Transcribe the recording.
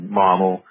model